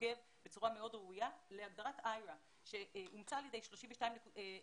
בצורה מאוד ראויה להגדרת איירה שאומצה על ידי 32 מדינות.